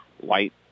White